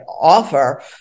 offer